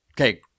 Okay